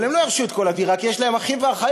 אבל הם לא ירשו את כל הדירה כי יש להם אחים ואחיות.